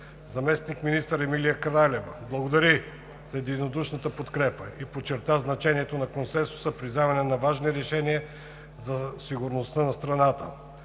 Заместник-министър Емилия Кралева благодари за единодушната подкрепа и подчерта значението на консенсуса при вземане на важни решения за сигурността на страната.